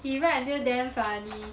he write until damn funny